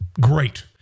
Great